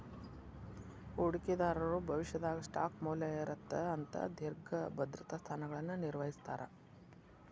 ಹೂಡಿಕೆದಾರರು ಭವಿಷ್ಯದಾಗ ಸ್ಟಾಕ್ ಮೌಲ್ಯ ಏರತ್ತ ಅಂತ ದೇರ್ಘ ಭದ್ರತಾ ಸ್ಥಾನಗಳನ್ನ ನಿರ್ವಹಿಸ್ತರ